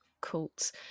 cults